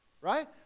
Right